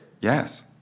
Yes